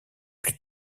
plus